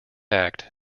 act